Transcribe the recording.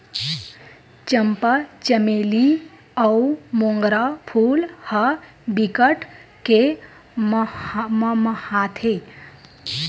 चंपा, चमेली अउ मोंगरा फूल ह बिकट के ममहाथे